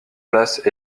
place